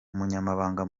umunyamabanga